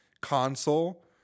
console